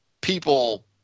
people